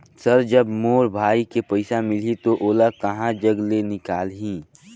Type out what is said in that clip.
Sir जब मोर भाई के पइसा मिलही तो ओला कहा जग ले निकालिही?